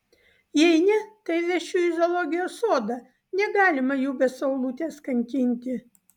jei ne tai vešiu į zoologijos sodą negalima jų be saulutės kankinti